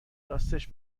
راستش